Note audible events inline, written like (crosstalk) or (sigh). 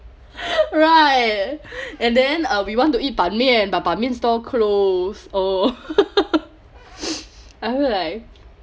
(breath) right and then uh we want to eat 版面 but 版面 stall close oh (laughs) (noise) I feel like